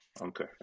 Okay